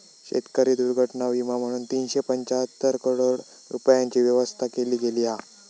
शेतकरी दुर्घटना विमा म्हणून तीनशे पंचाहत्तर करोड रूपयांची व्यवस्था केली गेली हा